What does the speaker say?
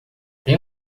tem